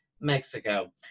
Mexico